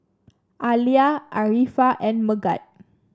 Alya Arifa and Megat